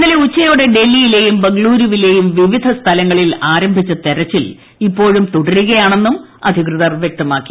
ഇന്നലെ ഉച്ചയോടെ ഡൽഹിയിലെയും ബെംഗളുരുവിലെയും വിവിധ സ്ഥലങ്ങളിൽ ആരംഭിച്ച തിരച്ചിൽ ഇപ്പോഴും തുടരുകയാണെന്നും അധികൃതർ വ്യക്തമാക്കി